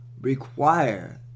Require